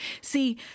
See